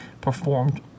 performed